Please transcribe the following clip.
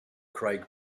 craig